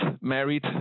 married